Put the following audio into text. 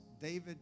David